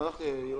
היה